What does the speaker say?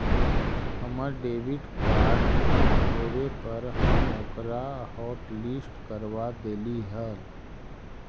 हमर debit card गुम होवे पर हम ओकरा हॉटलिस्ट करवा देली हल